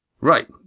Right